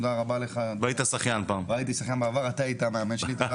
והייתי שחיין בעבר, אתה היית המאמן שלי.